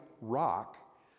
rock